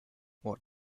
what